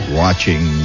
watching